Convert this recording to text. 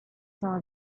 some